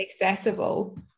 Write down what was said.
Accessible